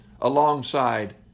alongside